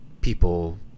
people